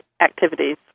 activities